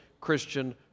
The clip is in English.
Christian